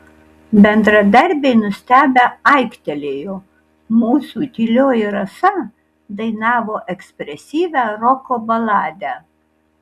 bendradarbiai nustebę aiktelėjo mūsų tylioji rasa dainavo ekspresyvią roko baladę